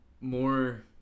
more